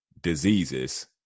diseases